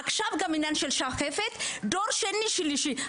עכשיו גם העניין של השחפת, דור שני ושלישי.